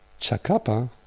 Chacapa